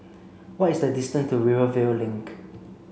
what is the distance to Rivervale Link